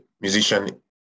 musician